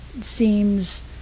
seems